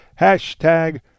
hashtag